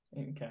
Okay